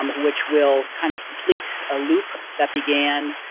um which will kind of complete a loop that began